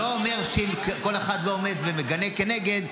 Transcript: אם כל אחד לא עומד ומגנה כנגד,